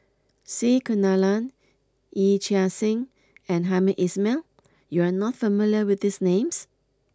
C Kunalan Yee Chia Hsing and Hamed Ismail you are not familiar with these names